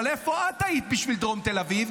אבל איפה את היית בשביל דרום תל אביב?